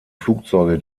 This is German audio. flugzeuge